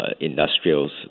industrials